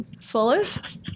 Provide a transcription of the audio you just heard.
swallows